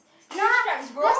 three stripes bro